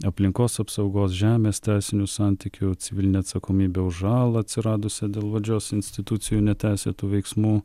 aplinkos apsaugos žemės teisinių santykių civilinę atsakomybę už žalą atsiradusią dėl valdžios institucijų neteisėtų veiksmų